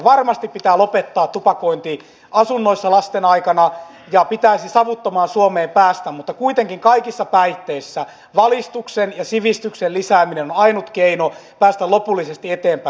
varmasti pitää lopettaa tupakointi asunnoissa lasten aikana ja pitäisi savuttomaan suomeen päästä mutta kuitenkin kaikissa päihteissä valistuksen ja sivistyksen lisääminen ovat ainoita keinoja päästä lopullisesti eteenpäin